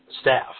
staff